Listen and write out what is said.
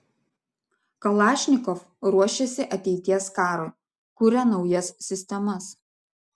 kalašnikov ruošiasi ateities karui kuria naujas sistemas